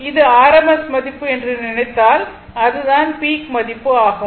இது rms மதிப்பு என்று நினைத்தால் அது தான் பீக் மதிப்பு ஆகும்